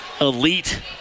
elite